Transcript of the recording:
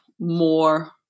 more